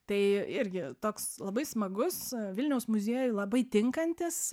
tai irgi toks labai smagus vilniaus muziejui labai tinkantis